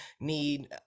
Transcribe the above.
need